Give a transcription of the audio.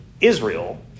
Israel